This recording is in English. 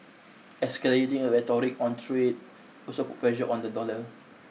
escalating rhetoric on trade also put pressure on the dollar